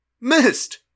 Missed